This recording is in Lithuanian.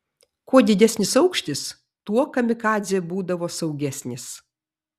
kuo didesnis aukštis tuo kamikadzė būdavo saugesnis